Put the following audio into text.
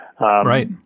Right